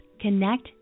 connect